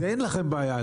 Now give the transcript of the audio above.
זה אין לכם בעיה,